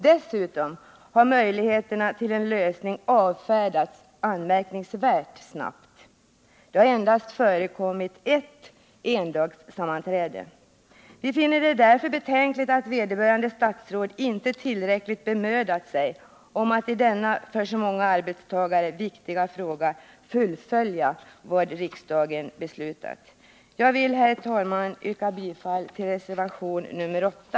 Dessutom har möjligheterna till en lösning avfärdats anmärkningsvärt snabbt. Det har endast förekommit ett endagssammanträde i frågan. Vi finner det därför betänkligt att vederbörande statsråd inte tillräckligt bemödat sig om att i denna för så många arbetstagare viktiga fråga fullfölja vad riksdagen avsett. Jag vill, herr talman, yrka bifall till reservation nr 8.